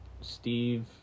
Steve